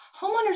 homeowners